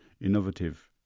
innovative